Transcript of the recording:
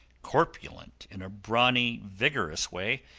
corpulent in a brawny, vigorous way,